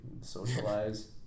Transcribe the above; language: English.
socialize